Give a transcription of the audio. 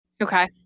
Okay